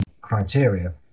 criteria